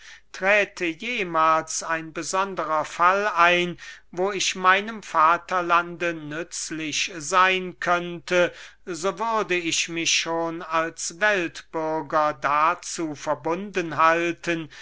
träte jemahls ein besonderer fall ein wo ich meinem vaterlande nützlich seyn könnte so würde ich mich schon als weltbürger dazu verbunden halten